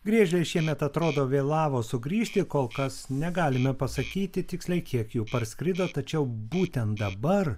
griežės šiemet atrodo vėlavo sugrįžti kol kas negalime pasakyti tiksliai kiek jų parskrido tačiau būtent dabar